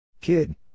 Kid